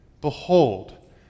Behold